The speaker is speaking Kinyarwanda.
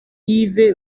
yves